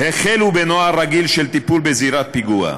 החלו בנוהל רגיל של טיפול בזירת פיגוע,